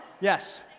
Yes